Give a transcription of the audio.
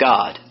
God